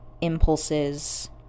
impulses